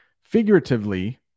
figuratively